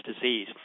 disease